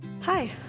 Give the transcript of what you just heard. Hi